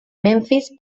memphis